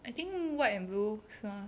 I think white and blue 是 mah